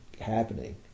happening